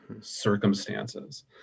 circumstances